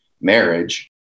marriage